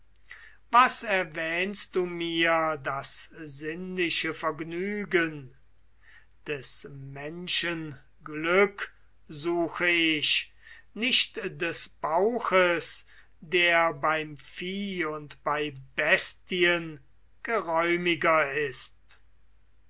was erwähnst du mir das sinnliche vergnügen des menschen glück suche ich nicht des bauches der beim vieh und bei bestien geräumiger ist